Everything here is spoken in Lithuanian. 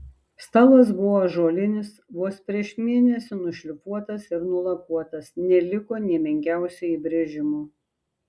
stalas buvo ąžuolinis vos prieš mėnesį nušlifuotas ir nulakuotas neliko nė menkiausio įbrėžimo